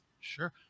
Sure